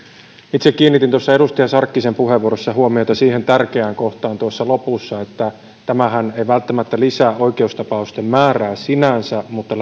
itse kiinnitin edustaja sarkkisen puheenvuorossa huomiota siihen tärkeään kohtaan lopussa että tämähän ei välttämättä lisää oikeustapausten määrää sinänsä mutta